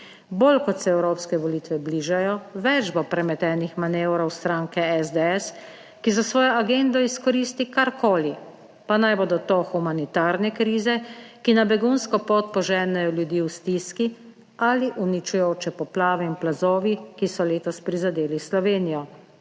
Bolj kot se evropske volitve bližajo, več bo premetenih manevrov stranke SDS, ki za svojo agendo izkoristi karkoli, pa naj bodo to humanitarne krize, ki na begunsko pot poženejo ljudi v stiski ali uničujoče poplave in plazovi, ki so letos prizadeli Slovenijo.